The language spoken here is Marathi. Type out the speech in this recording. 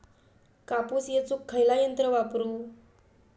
कापूस येचुक खयला यंत्र वापरू?